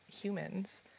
humans